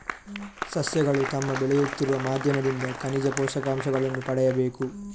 ಸಸ್ಯಗಳು ತಮ್ಮ ಬೆಳೆಯುತ್ತಿರುವ ಮಾಧ್ಯಮದಿಂದ ಖನಿಜ ಪೋಷಕಾಂಶಗಳನ್ನು ಪಡೆಯಬೇಕು